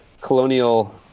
colonial